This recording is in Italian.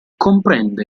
comprende